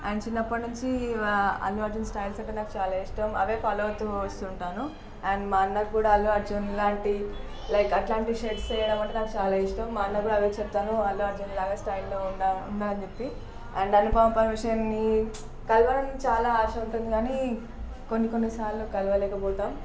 and చిన్నప్పటి నుంచి Allu Arjun styles అంటే నాకు చాలా ఇష్టం అదే ఫాలో అవుతు వస్తుంటాను అండ్ మా అన్నకు కూడా అల్లు అర్జున్ లాంటి లైక్ అలాంటి షర్ట్స్ యే వేయడం అంటే నాకు చాలా ఇష్టం మా అన్నకు కూడా అదే చెప్తాను అల్లు అర్జున్లాగా స్టైల్గా ఉండా ఉండు అని చెప్పి అండ్ అనుపమ పరమేశ్వరన్ని కలవాలని చాలా ఆశ ఉంటుంది కానీ కొన్ని కొన్ని సార్లు కలవలేకపోతాం